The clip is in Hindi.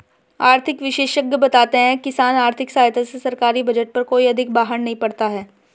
आर्थिक विशेषज्ञ बताते हैं किसान आर्थिक सहायता से सरकारी बजट पर कोई अधिक बाहर नहीं पड़ता है